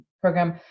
program